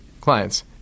clients